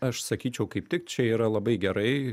aš sakyčiau kaip tik čia yra labai gerai